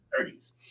30s